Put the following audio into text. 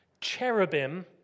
cherubim